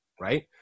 right